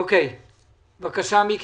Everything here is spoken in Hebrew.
בבקשה, מיקי.